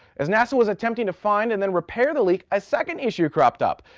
as nasa was attempting to find and then repair the leak a second issue cropped up.